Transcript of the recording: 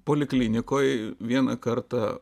poliklinikoj vieną kartą